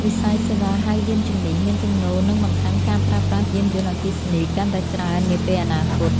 វិស័យសេវាហៅយានជំនិះ មានទំនោរនឹងបន្ថែមការប្រើប្រាស់យានយន្តអគ្គិសនីកាន់តែច្រើននាពេលអនាគត។